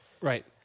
Right